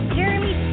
Jeremy